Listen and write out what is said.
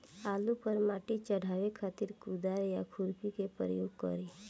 आलू पर माटी चढ़ावे खातिर कुदाल या खुरपी के प्रयोग करी?